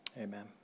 Amen